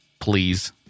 please